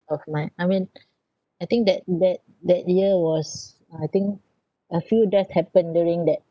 of my I mean I think that that that year was uh I think a few death happened during that